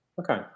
Okay